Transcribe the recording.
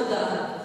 תודה.